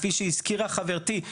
כפי שהזכירה חברתי,